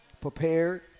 prepared